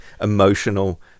emotional